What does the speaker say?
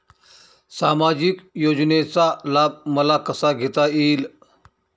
सामाजिक योजनेचा लाभ मला कसा घेता येईल?